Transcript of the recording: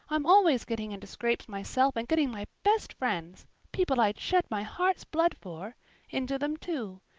i'm always getting into scrapes myself and getting my best friends people i'd shed my heart's blood for into them too.